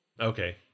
Okay